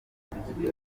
amabwiriza